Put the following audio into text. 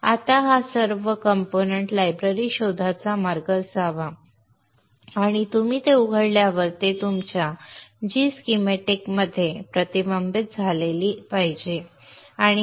आता हा सर्व घटक लायब्ररी शोधाचा मार्ग असावा आणि तुम्ही ते उघडल्यावर ते तुमच्या g स्कीमॅटिकमध्ये प्रतिबिंबित झाले पाहिजे आणि हे